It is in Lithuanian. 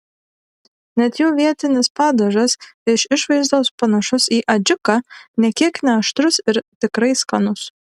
net jų vietinis padažas iš išvaizdos panašus į adžiką nė kiek neaštrus ir tikrai skanus